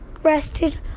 rested